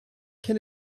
can